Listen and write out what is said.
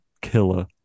killer